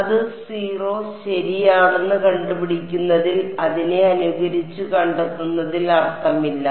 അത് 0 ശരിയാണെന്ന് കണ്ടുപിടിക്കുന്നതിൽ അതിനെ അനുകരിച്ച് കണ്ടെത്തുന്നതിൽ അർത്ഥമില്ല